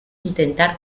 intentar